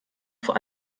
vor